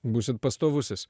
būsit pastovusis